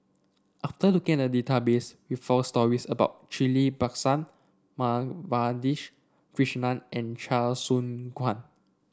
after looking a look at the database we found stories about Ghillie Bassan Madhavi Krishnan and Chia Choo Kuan